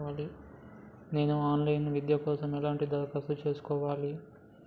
నేను online విద్య కోసం ఎలా దరఖాస్తు చేసుకోవాలి?